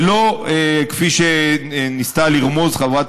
ולא כפי שניסתה לרמוז חברת